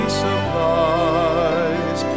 supplies